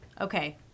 Okay